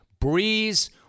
Breeze